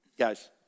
Guys